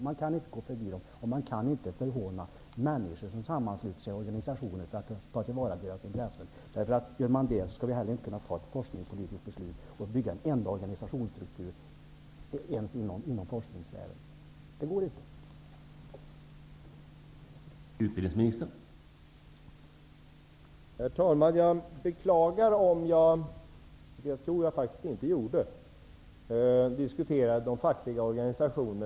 Man kan inte gå förbi dem, och man kan inte förhåna människor som sluter sig samman i organisationer för att ta till vara sina intressen. Gör man det kan man heller inte fatta ett forskningspolitiskt beslut eller bygga en enda organisationsstruktur, ens inom forskningsvärlden. Det går inte.